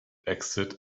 exited